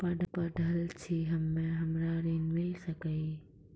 पढल छी हम्मे हमरा ऋण मिल सकई?